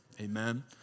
Amen